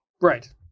Right